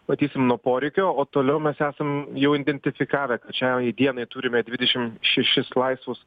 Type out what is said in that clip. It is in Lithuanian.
matysim nuo poreikio o toliau mes esam jau identifikavę kad šiai dienai turime dvidešimt šešis laisvus